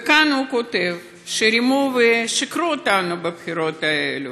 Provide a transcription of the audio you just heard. וכאן הוא כותב שרימו ושיקרו לנו בבחירות האלה,